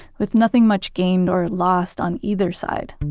with nothing much gained or lost on either side,